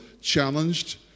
challenged